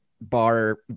bar